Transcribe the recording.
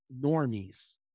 normies